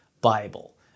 bible